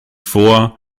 vor